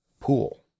pool